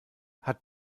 hat